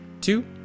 two